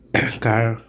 কাৰ